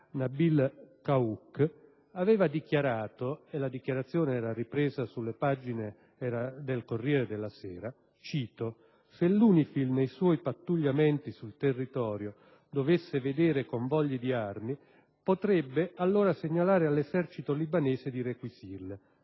Nabil Kaouk, aveva dichiarato (la dichiarazione era riportata sul «Corriere della Sera»): «Se l'UNIFIL nei suoi pattugliamenti sul territorio dovesse vedere convogli di armi, potrebbe allora segnalare all'esercito libanese di requisirle.